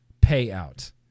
payout